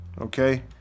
Okay